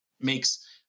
makes